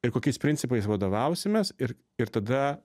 ir kokiais principais vadovausimės ir ir tada